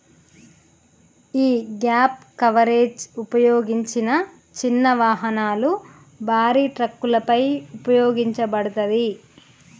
యీ gap coverage ఉపయోగించిన చిన్న వాహనాలు, భారీ ట్రక్కులపై ఉపయోగించబడతాది